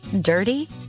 dirty